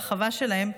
והחווה שלהם,